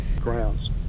grounds